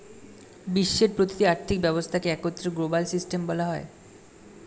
বিশ্বের প্রতিটি আর্থিক ব্যবস্থাকে একত্রে গ্লোবাল সিস্টেম বলা হয়